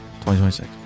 2026